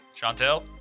Chantel